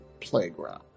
Playground